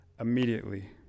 immediately